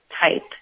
type